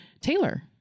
Taylor